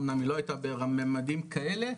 אמנם היא לא הייתה בממדים כאלה,